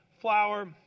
flour